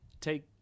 take